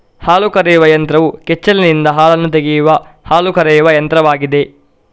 ಹಾಲು ಕರೆಯುವ ಯಂತ್ರವು ಕೆಚ್ಚಲಿನಿಂದ ಹಾಲನ್ನು ತೆಗೆಯುವ ಹಾಲು ಕರೆಯುವ ಯಂತ್ರವಾಗಿದೆ